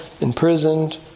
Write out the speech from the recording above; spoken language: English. imprisoned